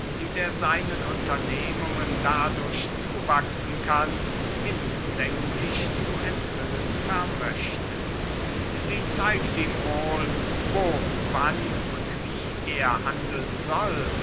der seinen unternehmungen dadurch zuwachsen kann hinlänglich zu enthüllen vermochte sie zeigt ihm wohl wo wann und wie er handeln soll